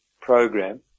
program